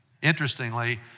Interestingly